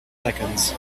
seconds